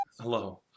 Hello